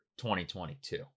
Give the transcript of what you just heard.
2022